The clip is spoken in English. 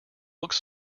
looks